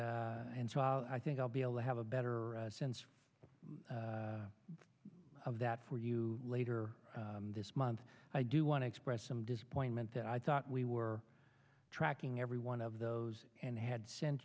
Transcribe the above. i think i'll be able to have a better sense of that for you later this month i do want to express some disappointment that i thought we were tracking every one of those and had sent